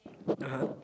(uh huh)